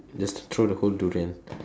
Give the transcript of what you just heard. just throw the whole durian